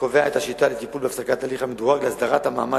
הקובע את השיטה לטיפול בהפסקת ההליך המדורג להסדרת המעמד